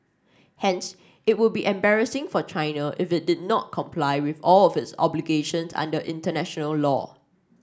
hence it would be embarrassing for China if it did not comply with all of its obligations under international law